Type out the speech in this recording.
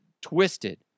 twisted